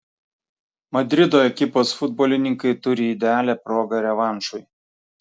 madrido ekipos futbolininkai turi idealią progą revanšui